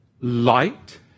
light